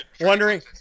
Wondering